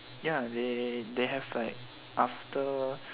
ya they they have like after